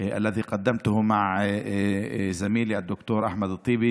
לאחר שעבר, על חוק שהגשתי עם עמיתי ד"ר אחמד טיבי